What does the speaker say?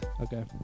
Okay